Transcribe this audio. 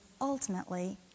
ultimately